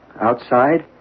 outside